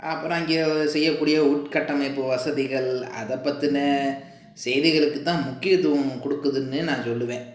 அப்புறம் அங்கே செய்யக்கூடிய உட்கட்டமைப்பு வசதிகள் அதை பற்றின செய்திகளுக்கு தான் முக்கியத்துவம் கொடுக்குதுன்னு நான் சொல்லுவேன்